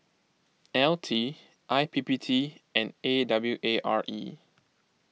L T I P P T and A W A R E